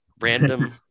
random